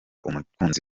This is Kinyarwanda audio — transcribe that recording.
umukunzi